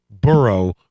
Burrow